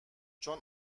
چون